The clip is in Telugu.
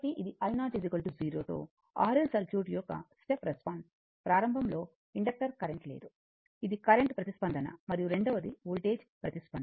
కాబట్టి ఇది i0 0 తో R L సర్క్యూట్ యొక్క స్టెప్ రెస్పాన్స్ ప్రారంభం లో ఇండెక్టర్ కరెంటు లేదు ఇది కరెంటు ప్రతిస్పందన మరియు రెండవది వోల్టేజ్ ప్రతిస్పందన